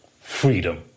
Freedom